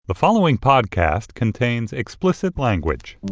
the following podcast contains explicit language